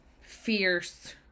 fierce